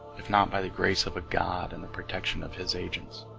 if not by the grace of a god and the protection of his agents